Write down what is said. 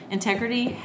Integrity